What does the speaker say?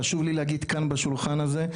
חשוב לי להגיד כאן בשולחן הזה,